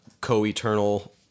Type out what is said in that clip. co-eternal